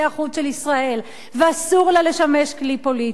של ישראל ואסור לה לשמש כלי פוליטי.